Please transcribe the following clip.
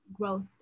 growth